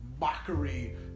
mockery